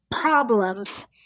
problems